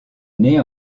née